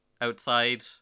outside